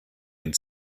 had